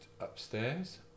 upstairs